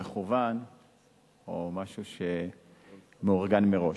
מכוון או משהו שמאורגן מראש.